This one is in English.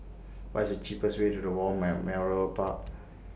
What IS The cheapest Way to The War Memorial Park